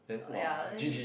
uh ya